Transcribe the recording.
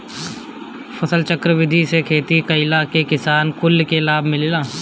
फसलचक्र विधि से खेती कईला में किसान कुल के लाभ मिलेला